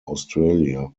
australia